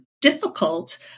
difficult